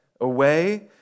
away